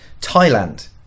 thailand